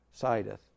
sideth